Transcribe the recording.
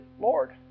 Lord